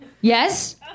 Yes